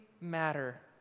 matter